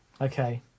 Okay